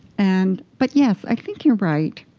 and but yes, i think you're right.